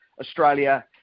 Australia